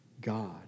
God